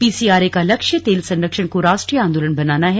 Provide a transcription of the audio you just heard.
PCRA का लक्ष्य तेल संरक्षण को राष्ट्रीय आन्दोलन बनाना है